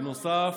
בנוסף,